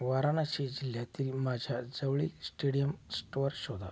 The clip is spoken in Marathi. वाराणशी जिल्ह्यातील माझ्या जवळील स्टेडियम स्टोअर शोधा